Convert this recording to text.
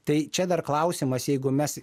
tai čia dar klausimas jeigu mes